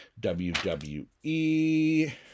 WWE